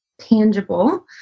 tangible